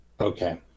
Okay